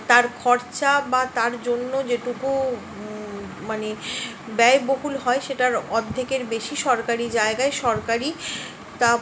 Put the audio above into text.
তার খরচা বা তার জন্য যেটুকু মানে ব্যয়বহুল হয় সেটার অর্ধেকের বেশি সরকারি জায়গায় সরকারই তা